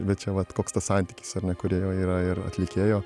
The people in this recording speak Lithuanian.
bet čia vat koks tas santykis ar ne kūrėjo yra ir atlikėjo